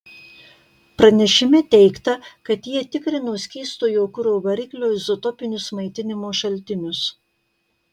pranešime teigta kad jie tikrino skystojo kuro variklio izotopinius maitinimo šaltinius